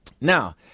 Now